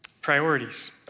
priorities